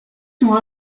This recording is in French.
sont